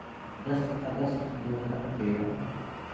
दस अगस्त दो हज़ार तेरह